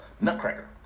Nutcracker